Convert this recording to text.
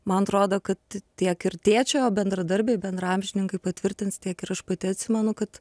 man atrodo kad tiek ir tėčio bendradarbiai bendraamžininkai patvirtins tiek ir aš pati atsimenu kad